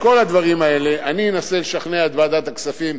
בכל הדברים האלה אני אנסה לשכנע את ועדת הכספים,